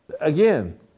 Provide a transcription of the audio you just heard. again